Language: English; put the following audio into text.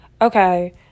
Okay